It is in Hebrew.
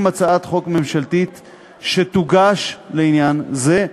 אם תוגש הצעת חוק ממשלתית לעניין זה,